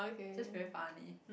just very funny